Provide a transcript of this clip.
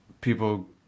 people